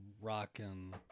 rocking